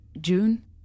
June